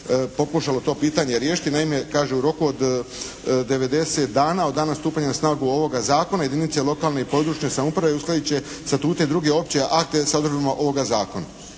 pokušalo to pitanje riješiti. Naime, kažu u roku od 90 dana od dana stupanja na snagu ovoga zakona jedinice lokalne i područne samouprave uskladit će statute i druge opće akte s odredbama ovoga zakona.